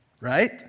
Right